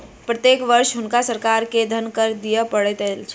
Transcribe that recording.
प्रत्येक वर्ष हुनका सरकार के धन कर दिअ पड़ैत छल